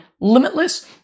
Limitless